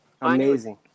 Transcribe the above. Amazing